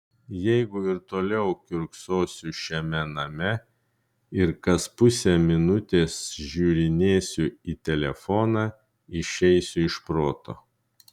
jeigu ir toliau kiurksosiu šiame name ir kas pusę minutės žiūrinėsiu į telefoną išeisiu iš proto